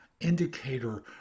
indicator